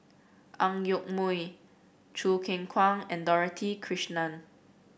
Ang Yoke Mooi Choo Keng Kwang and Dorothy Krishnan